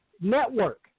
Network